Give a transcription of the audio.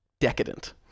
decadent